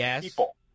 people